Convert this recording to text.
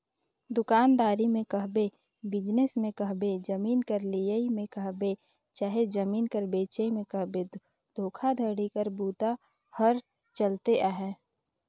दुकानदारी में कहबे, बिजनेस में कहबे, जमीन कर लेहई में कहबे चहे जमीन कर बेंचई में कहबे धोखाघड़ी कर बूता हर चलते अहे